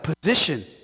position